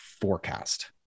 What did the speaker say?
forecast